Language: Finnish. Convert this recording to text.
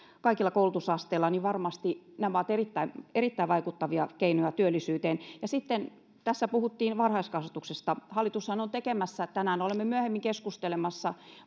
kaikilla koulutusasteilla varmasti nämä ovat erittäin erittäin vaikuttavia keinoja työllisyyteen sitten tässä puhuttiin varhaiskasvatuksesta hallitushan on tekemässä varhaiskasvatukseen uudistuksia joista tänään olemme myöhemmin keskustelemassa